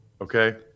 Okay